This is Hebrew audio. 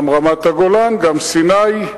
גם רמת-הגולן, גם סיני.